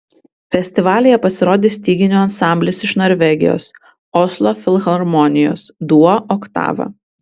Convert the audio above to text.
festivalyje pasirodys styginių ansamblis iš norvegijos oslo filharmonijos duo oktava